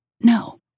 No